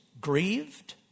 grieved